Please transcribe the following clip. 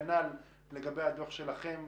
כנ"ל לגבי הדוח שלכם,